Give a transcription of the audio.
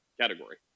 category